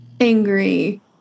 angry